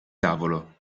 tavolo